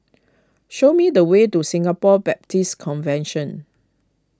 show me the way to Singapore Baptist Convention